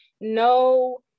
no